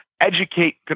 educate